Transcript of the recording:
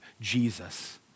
Jesus